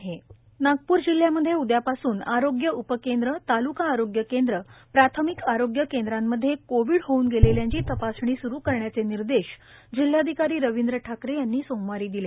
आरोग्य उपकेंद्र नागपूर जिल्ह्यामध्ये उद्यापासून आरोग्य उपकेंद्र ताल्का आरोग्य केंद्र प्राथमिक आरोग्य केंद्रांमध्ये कोविड होऊन गेलेल्यांची तपासणी स्रू करण्याचे निर्देश जिल्हाधिकारी रवींद्र ठाकरे यांनी सोमवारी दिले